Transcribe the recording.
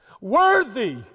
worthy